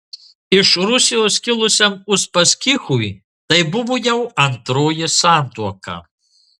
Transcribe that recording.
iš rusijos kilusiam uspaskichui tai buvo jau antroji santuoka